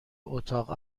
اتاق